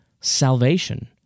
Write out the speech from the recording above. salvation